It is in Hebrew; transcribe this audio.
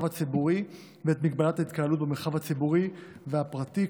הציבורי ואת הגבלת ההתקהלות במרחב הציבורי והפרטי,